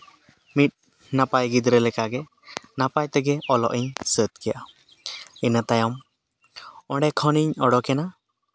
ᱢᱤᱫ ᱱᱟᱯᱟᱭ ᱜᱤᱫᱽᱨᱟᱹ ᱞᱮᱠᱟᱜᱮ ᱱᱟᱯᱟᱭ ᱛᱮᱜᱮ ᱚᱞᱚᱜ ᱤᱧ ᱥᱟᱹᱛ ᱠᱮᱫᱼᱟ ᱤᱱᱟᱹ ᱛᱟᱭᱚᱢ ᱚᱸᱰᱮ ᱠᱷᱚᱱᱤᱧ ᱩᱰᱩᱠᱮᱱᱟ